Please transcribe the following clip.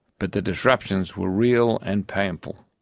but the disruptions were real and painful.